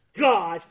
God